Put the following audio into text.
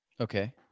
Okay